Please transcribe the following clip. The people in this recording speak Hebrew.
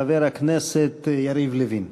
חבר הכנסת יריב לוין.